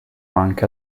anche